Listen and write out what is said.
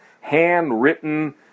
handwritten